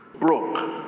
broke